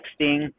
texting